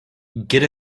get